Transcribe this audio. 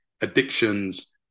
addictions